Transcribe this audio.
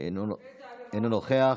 אינו נוכח.